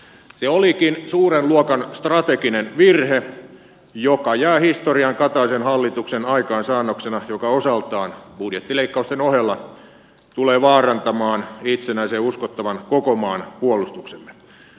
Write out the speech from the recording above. se olikin suuren luokan strateginen virhe joka jää historiaan kataisen hallituksen aikaansaannoksena joka osaltaan budjettileikkausten ohella tulee vaarantamaan itsenäisen ja uskottavan koko maan puolustuksemme